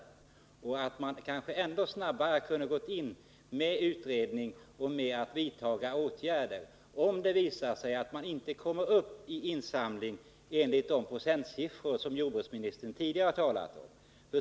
Kanske kunde man ha gått in snabbare med en utredning för att kunna vidta åtgärder, om det skulle visa sig att insamlingen inte kommer upp i de procentsiffror som jordbruksministern tidigare har talat om.